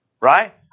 Right